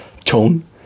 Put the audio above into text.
tone